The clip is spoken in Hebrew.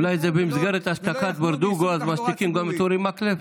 אולי במסגרת השתקת ברדוגו משתיקים גם את אורי מקלב.